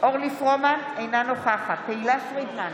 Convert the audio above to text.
אורלי פרומן, אינה נוכחת תהלה פרידמן,